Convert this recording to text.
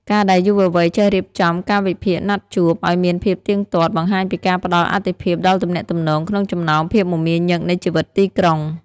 ការដែលយុវវ័យចេះរៀបចំ «កាលវិភាគណាត់ជួប» ឱ្យមានភាពទៀងទាត់ បង្ហាញពីការផ្ដល់អាទិភាពដល់ទំនាក់ទំនងក្នុងចំណោមភាពមមាញឹកនៃជីវិតទីក្រុង។